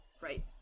Right